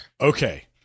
Okay